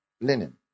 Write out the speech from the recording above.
linen